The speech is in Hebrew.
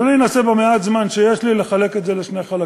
אז אני אנסה במעט זמן שיש לי לחלק את זה לשני חלקים.